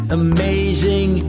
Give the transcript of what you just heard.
amazing